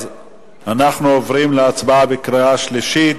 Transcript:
אנחנו עוברים להצבעה בקריאה שלישית,